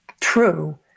true